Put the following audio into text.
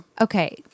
okay